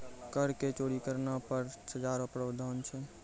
कर के चोरी करना पर सजा रो प्रावधान छै